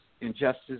injustice